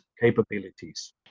capabilities